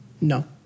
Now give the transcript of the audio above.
No